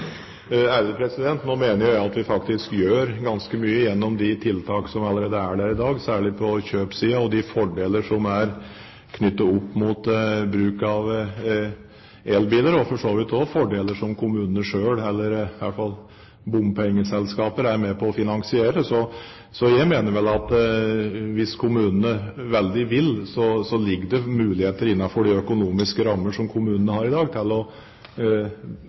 Nå mener jo jeg at vi faktisk gjør ganske mye gjennom de tiltak som allerede er der i dag, særlig på kjøpssiden og de fordeler som er knyttet opp mot bruk av elbiler, og for så vidt også fordeler som kommunene selv, eller i hvert fall bompengeselskaper, er med på å finansiere. Så jeg mener at hvis kommunene veldig gjerne vil, ligger det muligheter innenfor de økonomiske rammer som kommunene har i dag, til å